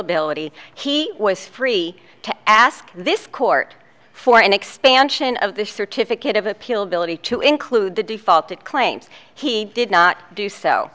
ability he was free to ask this court for an expansion of the certificate of appeal ability to include the default claims he did not do so